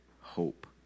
hope